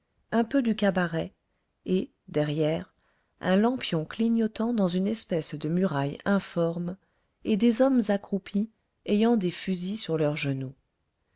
un peu du cabaret et derrière un lampion clignotant dans une espèce de muraille informe et des hommes accroupis ayant des fusils sur leurs genoux